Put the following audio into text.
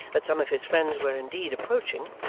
that some of his friends were indeed approaching,